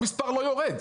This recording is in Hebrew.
המספר לא יורד.